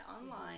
online